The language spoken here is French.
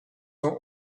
ans